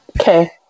Okay